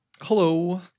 Hello